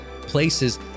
places